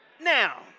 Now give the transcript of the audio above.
Now